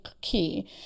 key